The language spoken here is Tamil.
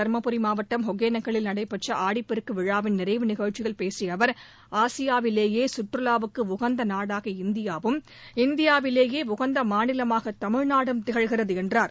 தருமபுரி மாவட்டம் ஒகனேக்கலில் நடைபெற்ற ஆடிப்பெருக்கு விழாவின் நிறைவு நிகழ்ச்சியில் பேசிய அவர் ஆசியாவிலேயே கற்றுவாவுக்கு உகந்த நாடாக இந்தியாவும் இந்தியாவிலேயே உகந்த மாநிலமாக தமிழ்நாடும் திகழ்கிறது என்றார்